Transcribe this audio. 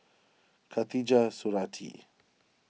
Khatijah Surattee